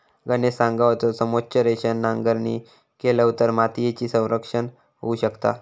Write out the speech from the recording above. गणेश सांगा होतो, समोच्च रेषेन नांगरणी केलव तर मातीयेचा संरक्षण होऊ शकता